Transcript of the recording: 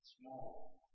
Small